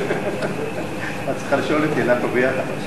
את הנושא לוועדת הכלכלה נתקבלה.